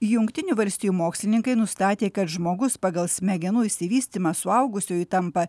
jungtinių valstijų mokslininkai nustatė kad žmogus pagal smegenų išsivystymą suaugusiuoju tampa